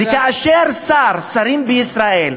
וכאשר שרים בישראל,